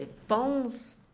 phones